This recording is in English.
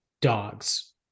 dogs